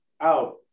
out